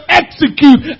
execute